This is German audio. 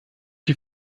die